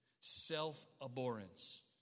self-abhorrence